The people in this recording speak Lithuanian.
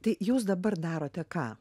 tai jūs dabar darote ką